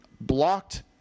blocked